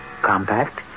compact